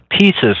pieces